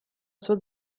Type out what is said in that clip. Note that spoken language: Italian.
sua